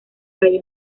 cayó